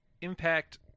Impact